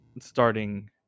starting